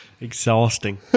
Exhausting